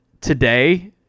Today